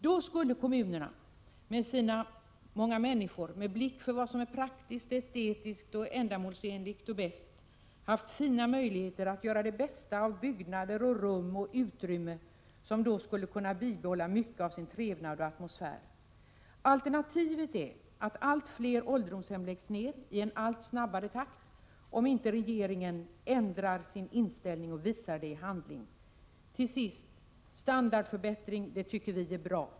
Då skulle kommunerna, med sina många människor med blick för vad som är praktiskt, estetiskt, ändamålsenligt och bra ha fått fina möjligheter att göra det bästa av byggnader och utrymmen, som skulle kunna bibehålla mycket av trevnad och atmosfär. Om regeringen inte ändrar inställning och visar det i handling blir alternativet att fler och fler ålderdomshem läggs ned i en allt snabbare takt. Till sist: Standardförbättring tycker vi är bra.